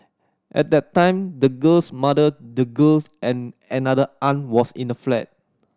at that time the girl's mother the girl and another aunt was in the flat